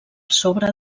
sobre